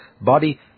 body